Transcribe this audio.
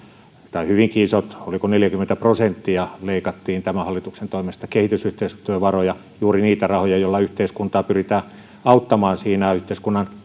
tai hyvinkin iso oliko neljäkymmentä prosenttia leikattiin tämän hallituksen toimesta kehitysyhteistyövaroja juuri niitä rahoja joilla yhteiskuntaa pyritään auttamaan siinä yhteiskunnan